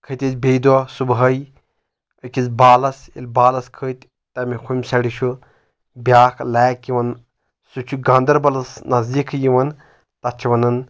کھٔتۍ أسۍ بیٚیہِ دۄہ صبحٲے أکِس بالس ییٚلہِ بالس کھٔتۍ تَمیُک ہُمہِ سایڈٕ چھُ بیاکھ لیک یِوان سُہ چھُ گاندربلس نزدیٖکٕے یِوان تتھ چھِ ونان